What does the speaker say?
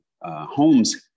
homes